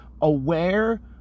aware